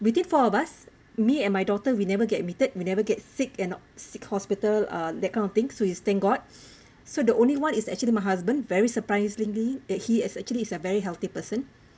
within four of us me and my daughter will never get admitted we never get sick and seek hospital uh that kind of thing so is thank god so the only [one] is actually my husband very surprisingly it he is actually is a very healthy person